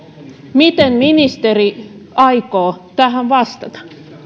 miten ministeri aikoo tähän vastata